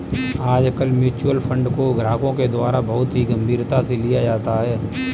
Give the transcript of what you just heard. आजकल mutual fund को ग्राहकों के द्वारा बहुत ही गम्भीरता से लिया जाता है